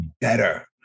better